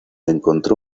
encontró